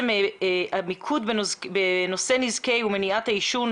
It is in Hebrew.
המיקוד בנושא נזקי ומניעת העישון,